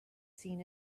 seen